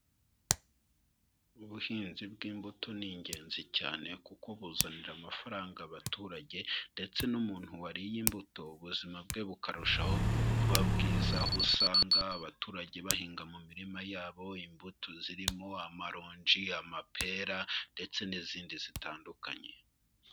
Ubuhinzi bw'imbuto ni ingenzi cyane kuko buzanira amafaranga abaturage ndetse n'umuntu wariye imbuto ubuzima bwe bukarushaho kuba bwiza, aho usanga abaturage bahinga mu mirima yabo imbuto zirimo amaronji, amapera ndetse n'izindi zitandukanye.